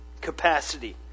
capacity